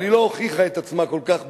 אבל היא לא הוכיחה את עצמה כל כך בעולם,